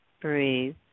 Breathe